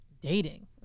dating